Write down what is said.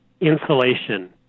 Insulation